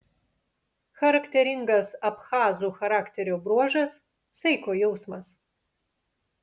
charakteringas abchazų charakterio bruožas saiko jausmas